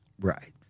Right